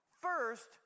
first